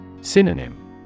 Synonym